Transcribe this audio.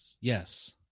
yes